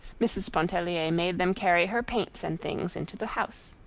mrs. pontellier made them carry her paints and things into the house.